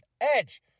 Edge